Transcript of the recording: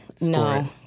No